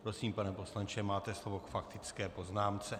Prosím, pane poslanče, máte slovo k faktické poznámce.